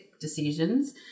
decisions